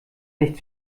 nicht